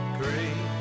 great